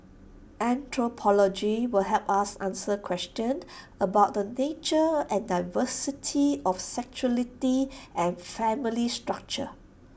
anthropology will help us answer questions about the nature and diversity of sexuality and family structures